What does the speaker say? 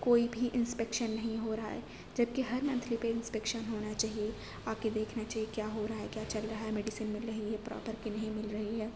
کوئی بھی انسپکشن نہیں ہو رہا ہے جب کہ ہر منتھلی پہ انسپکشن ہونا چاہیے آکے دیکھنا چاہیے کیا ہو رہا ہے کیا چل رہا ہے میڈیسین مل رہی ہے پراپر کہ نہیں مل رہی ہے